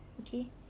okay